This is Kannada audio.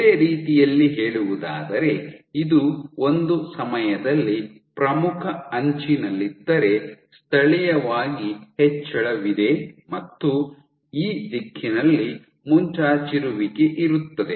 ಬೇರೆ ರೀತಿಯಲ್ಲಿ ಹೇಳುವುದಾದರೆ ಇದು ಒಂದು ಸಮಯದಲ್ಲಿ ಪ್ರಮುಖ ಅಂಚಿನಲ್ಲಿದ್ದರೆ ಸ್ಥಳೀಯವಾಗಿ ಹೆಚ್ಚಳವಿದೆ ಮತ್ತು ಈ ದಿಕ್ಕಿನಲ್ಲಿ ಮುಂಚಾಚಿರುವಿಕೆ ಇರುತ್ತದೆ